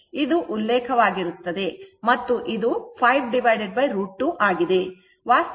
ಆದ್ದರಿಂದ ಇದು ಉಲ್ಲೇಖವಾಗಿರುತ್ತದೆ ಮತ್ತು ಇದು 5 √ 2 ಆಗಿದೆ